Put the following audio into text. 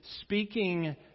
speaking